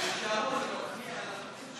התשע"ח 2018, נתקבל.